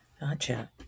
Gotcha